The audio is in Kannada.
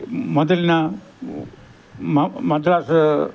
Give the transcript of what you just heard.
ಮೊದಲಿನ ಮದ್ರಾಸ್